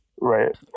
right